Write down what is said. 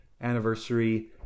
anniversary